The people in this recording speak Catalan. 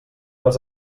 les